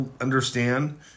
understand